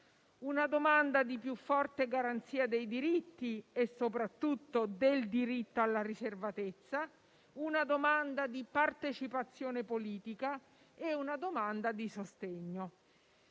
una domanda di più forte garanzia dei diritti, soprattutto del diritto alla riservatezza, una domanda di partecipazione politica e una domanda di sostegno.